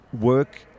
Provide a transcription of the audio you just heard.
work